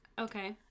Okay